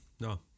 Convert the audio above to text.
No